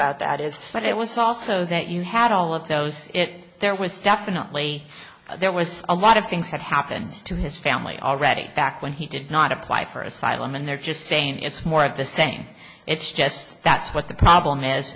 about that is what it was also that you had all of those it there was definitely there was a lot of things had happened to his family already back when he did not apply for asylum and they're just saying it's more of the same it's just that's what the problem is